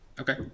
Okay